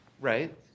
Right